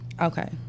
Okay